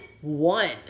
one